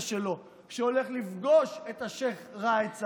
שלו שהולך לפגוש את השייח' ראאד סלאח.